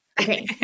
Okay